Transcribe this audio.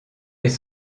les